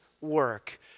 work